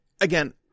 Again